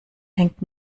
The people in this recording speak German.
fängt